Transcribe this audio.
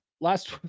last